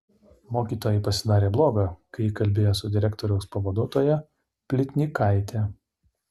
mokytojai pasidarė bloga kai ji kalbėjo su direktoriaus pavaduotoja plytnikaite